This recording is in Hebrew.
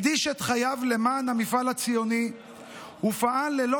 הקדיש את חייו למען המפעל הציוני ופעל ללא